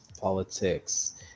politics